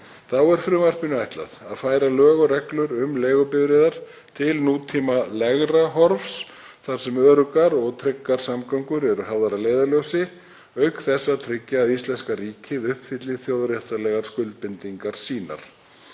Þá er frumvarpinu ætlað að færa lög og reglur um leigubifreiðar til nútímalegra horfs þar sem öruggar og tryggar samgöngur eru hafðar að leiðarljósi auk þess að tryggja að íslenska ríkið uppfylli þjóðréttarlegar skuldbindingar sínar.